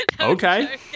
Okay